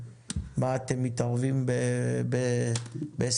מה אתם מתערבים בהסכמים?